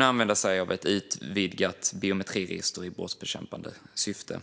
använda sig av ett utvidgat biometriregister i brottsbekämpande syfte.